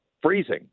freezing